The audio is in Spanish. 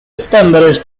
estándares